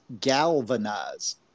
galvanize